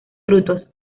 frutos